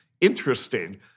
interesting